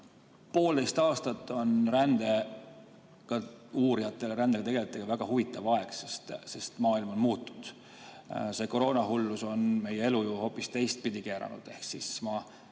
poolteist aastat on rändeuurijatele ja rändega tegelejatele väga huvitav aeg, sest maailm on muutunud. See koroonahullus on meie elu ju hoopis teistpidi keeranud. Aasta